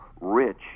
rich